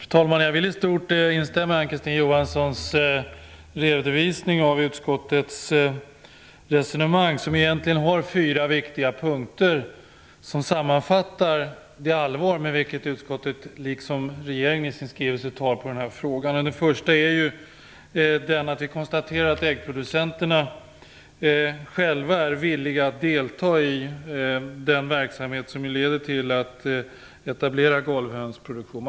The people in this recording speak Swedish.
Fru talman! Jag vill i stort instämma i Ann Kristine Johanssons redovisning av utskottets resonemang. Det finns fyra punkter. De sammanfattar det allvar som utskottet, liksom regeringen i sin skrivelse, ser på den här frågan med. För det första konstateras att äggproducenterna själva är villiga att delta i den verksamhet som leder till att etablera golvhönsproduktion.